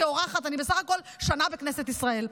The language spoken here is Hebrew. ואני רוצה לומר לכם משהו כאורחת אני בסך הכול שנה בכנסת ישראל.